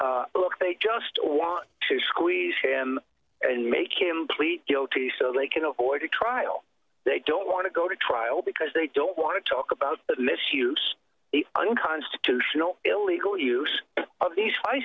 look they just want to squeeze him and make him plead guilty so they can avoid a trial they don't want to go to trial because they don't want to talk about the misuse unconstitutional illegal use of these high